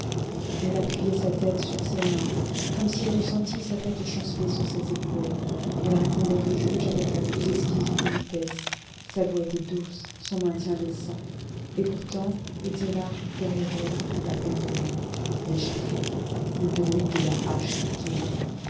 elle appuyait sa tête sur ses mains comme si elle eût senti sa tête chanceler sur ses épaules elle répondait aux juges avec la plus exquise politesse sa voix était douce son maintien décent et pourtant était là derrière elle la peine de mort l'échafaud le bruit de la hache qui tombe